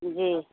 जी